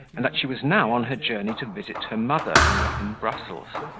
and that she was now on her journey to visit her mother, who lived in brussels,